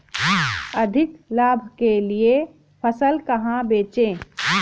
अधिक लाभ के लिए फसल कहाँ बेचें?